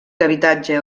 habitatge